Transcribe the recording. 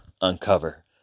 uncover